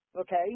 okay